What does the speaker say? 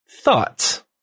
Thoughts